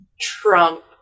Trump